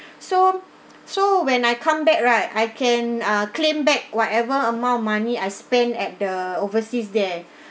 so so when I come back right I can ah claim back whatever amount of money I spend at the overseas there